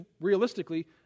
realistically